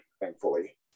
thankfully